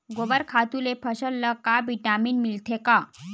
गोबर खातु ले फसल ल का विटामिन मिलथे का?